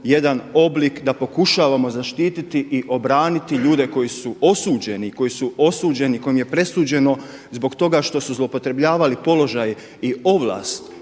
jedan oblik da pokušavamo zaštititi i obraniti ljude koji su osuđeni, kojima je presuđeno zbog toga što su zloupotrebljavali položaj i ovlast